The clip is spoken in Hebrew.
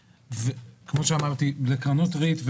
כמו שאמרתי, אלה קרנות ריט.